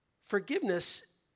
Forgiveness